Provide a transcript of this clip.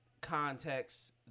context